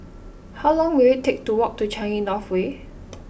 how long will it take to walk to Changi North Way